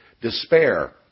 despair